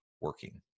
working